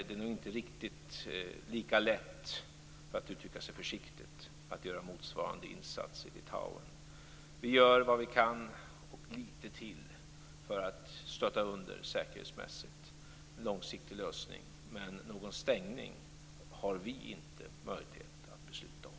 Det är nog inte riktigt lika lätt, för att uttrycka sig försiktigt, att göra motsvarande insats i Litauen. Vi gör vad vi kan, och litet till, för att stötta dem säkerhetsmässigt med en långsiktig lösning, men någon stängning har vi inte möjlighet att besluta om.